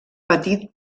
patit